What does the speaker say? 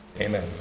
Amen